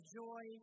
joy